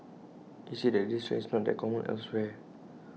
he said that this trend is not that common elsewhere